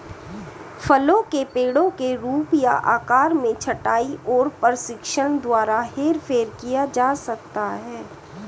फलों के पेड़ों के रूप या आकार में छंटाई और प्रशिक्षण द्वारा हेरफेर किया जा सकता है